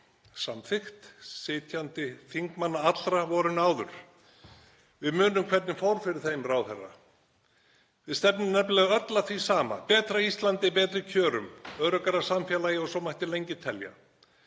samþykkt sitjandi þingmanna allra vorinu áður. Við munum hvernig fór fyrir þeim ráðherra. Við stefnum nefnilega öll að því sama, betra Íslandi, betri kjörum, öruggara samfélagi og svo mætti lengi telja.